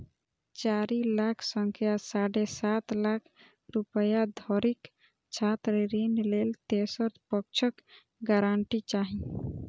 चारि लाख सं साढ़े सात लाख रुपैया धरिक छात्र ऋण लेल तेसर पक्षक गारंटी चाही